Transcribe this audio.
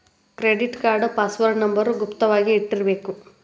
credit card password number ಗುಪ್ತ ವಾಗಿ ಇಟ್ಟಿರ್ಬೇಕ